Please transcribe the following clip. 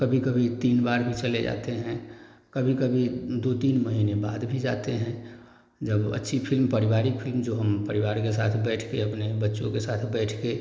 कभी कभी तीन बार भी चले जाते हैं कभी कभी दो तीन महीने बाद भी जाते हैं जब अच्छी फ़िल्म पारिवारिक फ़िल्म जो हम परिवार के साथ बैठकर अपने बच्चों के साथ बैठकर